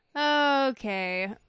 okay